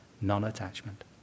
non-attachment